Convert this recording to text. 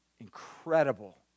incredible